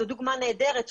זו דוגמה נהדרת,